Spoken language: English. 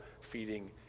feeding